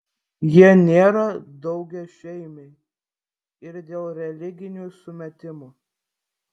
jie nėra daugiašeimiai ir dėl religinių sumetimų